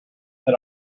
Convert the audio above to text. that